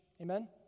Amen